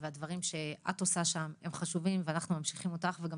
הדברים שאת עושה שם הם חשובים ואנחנו ממשיכים אותך וגם